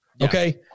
okay